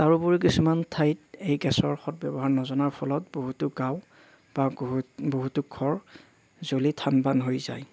তাৰোপৰি কিছুমান ঠাইত এই গেছৰ সদব্যৱহাৰ নজনাৰ ফলত বহুতো গাঁও বা বহুতো ঘৰ জ্বলি থানবান হৈ যায়